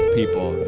people